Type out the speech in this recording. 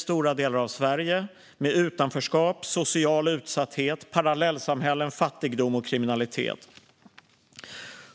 stora utmaningar med utanförskap, social utsatthet, parallellsamhällen, fattigdom och kriminalitet.